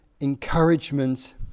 encouragement